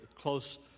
close